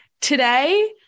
Today